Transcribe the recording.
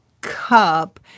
cup